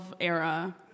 era